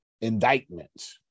indictment